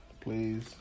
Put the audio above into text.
Please